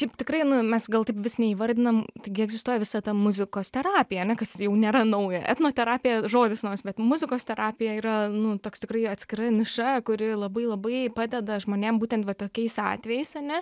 taip tikrai nu mes gal taip vis neįvardinam taigi egzistuoja visa ta muzikos terapija ane kas jau nėra nauja etnoterapija žodis naujas bet muzikos terapija yra nu toks tikrai atskira niša kuri labai labai padeda žmonėm būtent va tokiais atvejais ane